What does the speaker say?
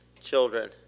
children